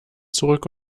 zurück